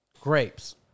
grapes